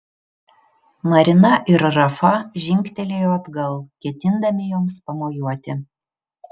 marina ir rafa žingtelėjo atgal ketindami joms pamojuoti